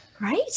Right